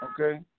Okay